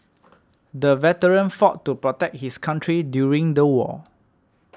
the veteran fought to protect his country during the war